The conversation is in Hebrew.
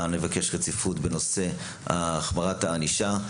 נבקש רציפות בנושא החמרת הענישה,